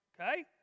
Okay